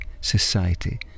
society